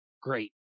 great